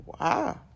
wow